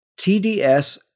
TDS